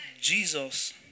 Jesus